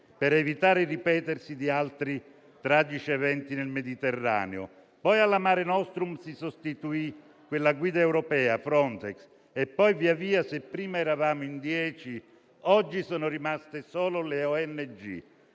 per evitare il ripetersi di altri tragici eventi nel Mediterraneo. Poi all'operazione Mare nostrum si sostituì quella a guida europea, Frontex, e poi via via, se prima eravamo in dieci, oggi sono rimaste solo le ONG.